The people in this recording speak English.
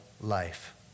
life